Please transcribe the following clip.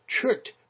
tricked